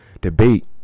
debate